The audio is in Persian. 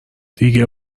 دیگه